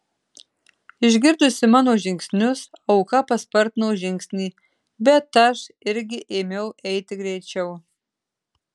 išgirdusi mano žingsnius auka paspartino žingsnį bet aš irgi ėmiau eiti greičiau